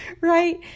right